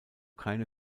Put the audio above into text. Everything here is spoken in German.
keine